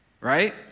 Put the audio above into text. Right